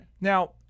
Now